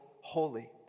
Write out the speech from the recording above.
holy